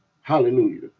Hallelujah